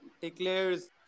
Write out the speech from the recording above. declares